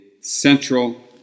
central